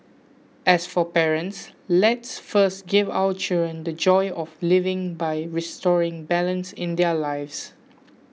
as for parents let's first give our children the joy of living by restoring balance in their lives